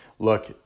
Look